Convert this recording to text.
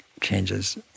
changes